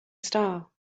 star